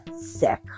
sick